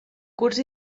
curs